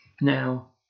Now